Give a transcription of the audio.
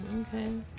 Okay